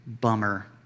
bummer